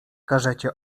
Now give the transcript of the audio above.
każecie